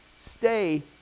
Stay